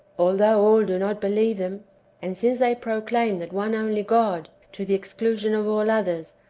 although all do not believe them and since they proclaim that one only god, to the exclusion of all others,